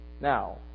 Now